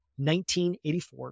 1984